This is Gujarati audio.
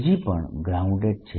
બીજી વાહક પણ ગ્રાઉન્ડેડ છે